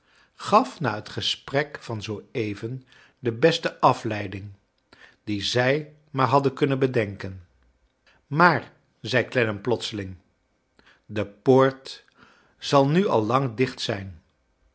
gaf na het gesprek van zoo even de beste af lei ding die zij maar hadden kun nen bedenken maar zei clennam plotseling de poort zal nu al lang dicht zijn